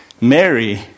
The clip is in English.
Mary